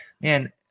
man